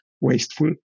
wasteful